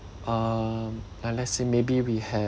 um like let's say maybe we have